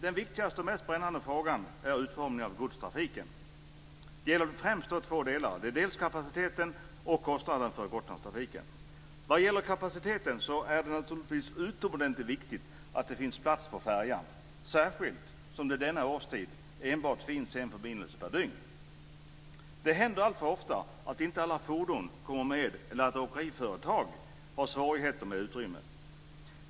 Den viktigaste och mest brännande frågan är utformningen av godstrafiken. Det gäller då främst två delar, dels kapaciteten, dels kostnaden för När det gäller kapaciteten är det naturligtvis utomordentligt viktigt att det finns plats på färjan, särskilt som det under denna årstid enbart finns en förbindelse per dygn. Det händer alltför ofta att inte alla fordon kommer med eller att åkeriföretag har svårigheter med utrymme.